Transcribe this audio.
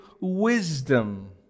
wisdom